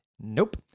Nope